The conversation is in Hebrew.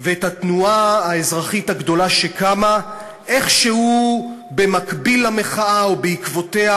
ואת התנועה האזרחית הגדולה שקמה איכשהו במקביל למחאה או בעקבותיה,